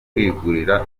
kwigurira